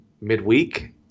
midweek